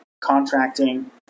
contracting